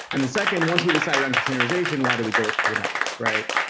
and the second, once we've decided on containerization, why did we go with kubernetes, right?